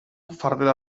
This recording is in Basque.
fardela